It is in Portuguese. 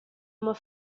uma